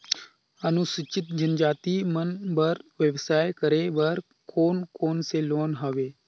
अनुसूचित जनजाति मन बर व्यवसाय करे बर कौन कौन से लोन हवे?